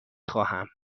خواهم